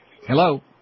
Hello